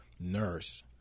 nurse